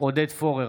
עודד פורר,